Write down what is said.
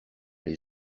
les